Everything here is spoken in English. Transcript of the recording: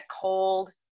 cold